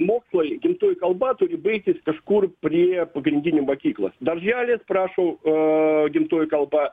mokslai gimtoji kalba turi baigtis kažkur prie pagrindinių mokyklos darželis prašau o gimtoji kalba